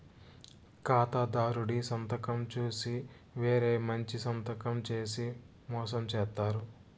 ఖాతాదారుడి సంతకం చూసి వేరే మంచి సంతకం చేసి మోసం చేత్తారు